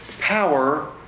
power